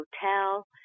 hotel